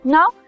Now